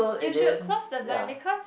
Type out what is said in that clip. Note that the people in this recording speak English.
you should close the blind because